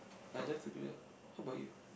I love to do that how about you